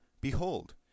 behold